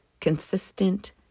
Consistent